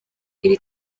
iri